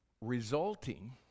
resulting